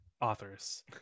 authors